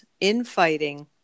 infighting